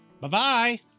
Bye-bye